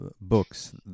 books